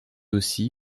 aussi